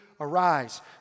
Arise